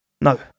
no